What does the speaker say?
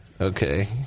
Okay